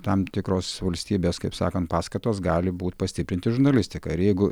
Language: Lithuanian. tam tikros valstybės kaip sakant paskatos gali būt pastiprinti žurnalistiką ir jeigu